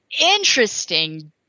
interesting